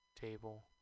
table